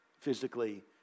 physically